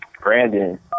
Brandon